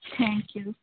thank you